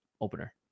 opener